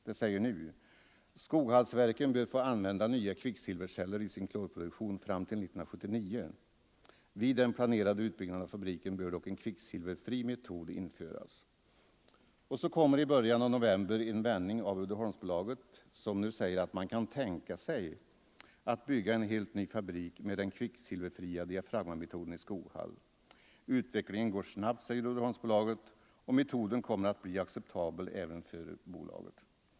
Man säger nu: Skoghallsverken bör få använda nya kvicksilverceller i sin klorproduktion fram till 1979. Vid den planerade utbyggnaden av fabriken bör dock en kvicksilverfri metod införas. I början av november kommer så en vändning av Uddeholmsbolaget, som nu säger att man kan tänka sig att bygga en helt ny fabrik för den kvicksilverfria diafragmametoden i Skoghall. Utvecklingen går snabbt, säger Uddeholmsbolaget, och metoden kommer att bli acceptabel även för Uddeholmsbolaget.